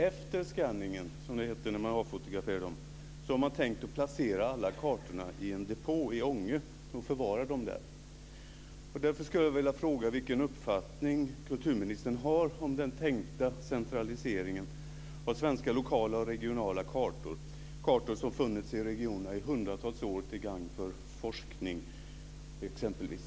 Efter skanningen, som det heter när man avfotograferar dem, har man tänkt att placera alla kartorna i en depå i Ånge och förvara dem där. Därför skulle jag vilja fråga vilken uppfattning kulturministern har om den tänkta centraliseringen av svenska lokala och regionala kartor - kartor som funnits i regionerna i hundratals år till gagn för forskning, exempelvis.